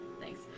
Thanks